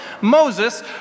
Moses